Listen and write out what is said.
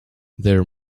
their